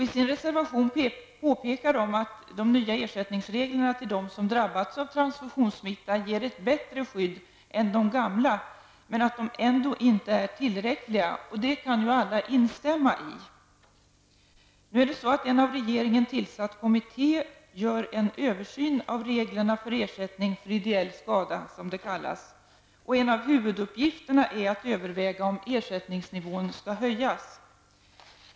I sin reservation påpekar moderaterna att de nya ersättningsreglerna ger ett bättre stöd än de gamla, men att de nya reglerna ändå inte är tillräckligt omfattande. Det kan alla instämma i. En av regeringen tillsatt kommitté gör nu en översyn av reglerna för ersättning för -- som det kallas -- ideell skada. En av huvuduppgifterna är att överväga om ersättningsnivån bör höjas.